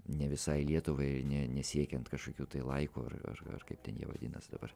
ne visai lietuvai ir ne nesiekiant kažkokių tai laikų ar ar kaip ten jie vadinas dabar